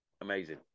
amazing